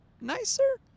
nicer